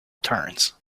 turns